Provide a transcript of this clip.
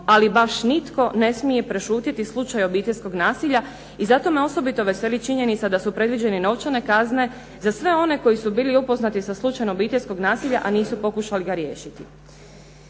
ali baš nitko ne smije prešutjeti slučaj obiteljskog nasilja i zato me osobito veseli činjenica da su predviđene novčane kazne za sve one koji su bili upoznati sa slučajem obiteljskog nasilja a nisu pokušali ga riješiti.